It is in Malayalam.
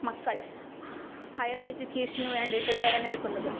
മക്കൾ ഹയർ എജ്യൂക്കേഷന് വേണ്ടിയിട്ട് തിരഞ്ഞെടുക്കുന്നത്